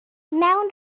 mewn